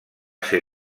ser